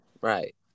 Right